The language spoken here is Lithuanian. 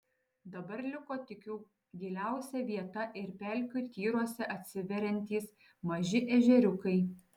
dabar liko tik jų giliausia vieta ir pelkių tyruose atsiveriantys maži ežeriukai